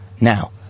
now